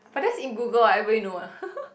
but that's in Google what everybody know what